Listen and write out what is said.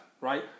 Right